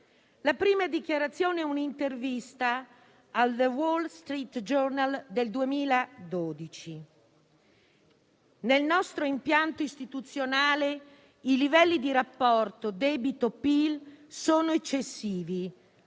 La prima dichiarazione è in un'intervista al «The Wall Street Journal» del 2012 nella quale dichiara che nel nostro impianto istituzionale i livelli di rapporto debito-PIL sono eccessivi.